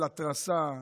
של התרסה.